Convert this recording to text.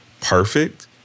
perfect